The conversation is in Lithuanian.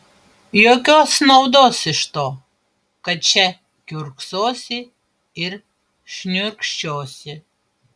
jokios naudos iš to kad čia kiurksosi ir šniurkščiosi